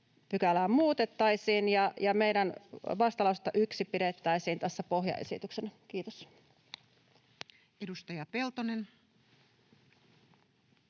f §:ää muutettaisiin ja meidän vastalausettamme 1 pidettäisiin tässä pohjaesityksenä. — Kiitos. [Speech